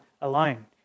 Alone